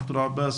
דוקטור עבאס,